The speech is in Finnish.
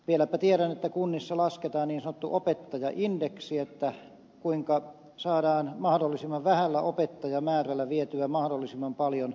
vieläpä tiedän että kunnissa lasketaan niin sanottu opettajaindeksi kuinka saadaan mahdollisimman vähällä opettajamäärällä vietyä mahdollisimman paljon koululaisia